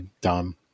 dumb